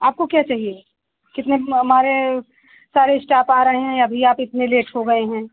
आपको क्या चाहिए कितने हमारे सारे स्टाप आ रहे है अभी आप इतने लेट हो गए हैं